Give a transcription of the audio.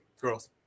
girls